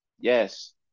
yes